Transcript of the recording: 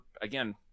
again